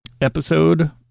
episode